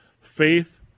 Faith